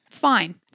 fine